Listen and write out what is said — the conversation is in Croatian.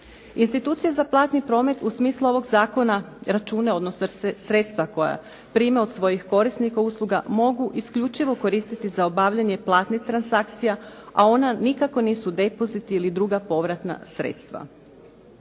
Institucije za platni promet u smislu ovog zakona račune odnosno sredstva koja prima od svojih korisnika usluga mogu isključivo koristiti za obavljanje platnih transakcija a ona nikako nisu depozit ili druga povratna sredstva.